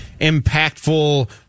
impactful